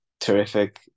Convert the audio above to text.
Terrific